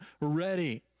ready